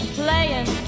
playing